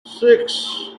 six